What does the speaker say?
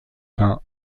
peint